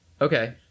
Okay